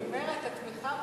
אני אומרת: התמיכה בציבור,